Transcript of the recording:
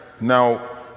Now